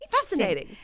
fascinating